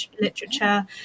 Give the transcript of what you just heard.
literature